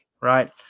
Right